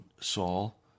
Saul